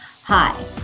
Hi